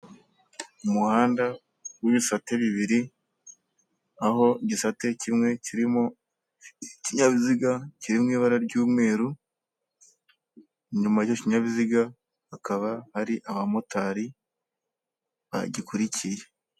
Umuhanda w’ibisate bibiri aho igisate kimwe kirimo ikinyabiziga, kirimo ibara ry’umweru inyuma y’ikinyabiziga, hakaba ari abamotari bagikurikiye.